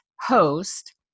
host